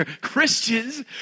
Christians